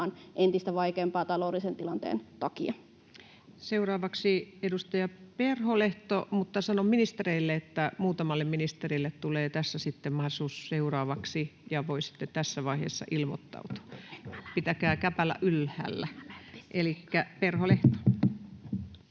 entistä vaikeampaa taloudellisen tilanteen takia. Seuraavaksi edustaja Perholehto. Mutta sanon ministereille, että muutamalle ministerille tulee tässä sitten seuraavaksi mahdollisuus, ja voi tässä vaiheessa ilmoittautua. Pitäkää käpälä ylhäällä. — Elikkä Perholehto.